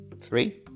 Three